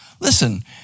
Listen